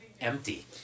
empty